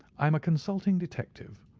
i'm a consulting detective,